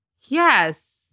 Yes